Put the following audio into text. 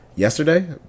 yesterday